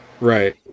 Right